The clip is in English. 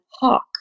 hawk